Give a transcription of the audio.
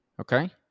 Okay